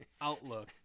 outlook